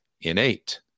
innate